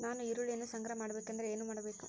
ನಾನು ಈರುಳ್ಳಿಯನ್ನು ಸಂಗ್ರಹ ಮಾಡಬೇಕೆಂದರೆ ಏನು ಮಾಡಬೇಕು?